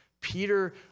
Peter